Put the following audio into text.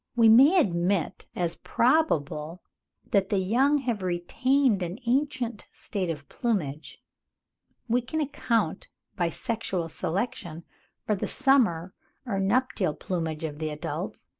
we may admit as probable that the young have retained an ancient state of plumage we can account by sexual selection for the summer or nuptial plumage of the adults,